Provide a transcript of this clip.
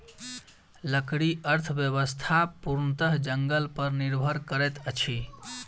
लकड़ी अर्थव्यवस्था पूर्णतः जंगल पर निर्भर करैत अछि